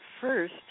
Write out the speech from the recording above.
first